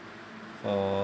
for